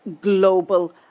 global